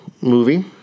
movie